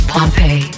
Pompeii